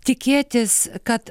tikėtis kad